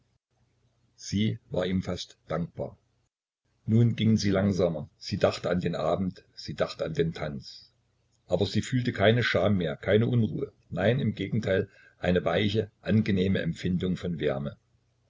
sie war ihm fast dankbar nun gingen sie langsamer sie dachte an den abend sie dachte an den tanz aber sie fühlte keine scham mehr keine unruhe nein im gegenteil eine weiche angenehme empfindung von wärme